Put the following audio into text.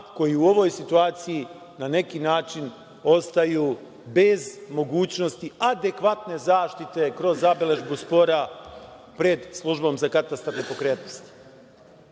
koji u ovoj situaciji na neki način ostaju bez mogućnosti adekvatne zaštite kroz zabeležbu spora pred službom za katastar nepokretnosti.